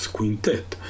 Quintet